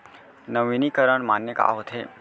नवीनीकरण माने का होथे?